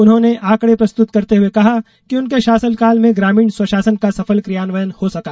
उन्होंने आंकड़े प्रस्तुत करते हुए कहा कि उनके शासनकाल में ग्रामीण स्वशासन का सफल क्रियान्वयन हो सका